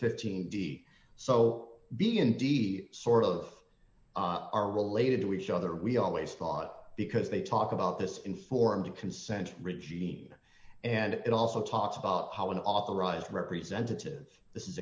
fifteen d so b indeed sort of are related to each other we always thought because they talk about this informed consent regina and it also talks about how an authorized representative this is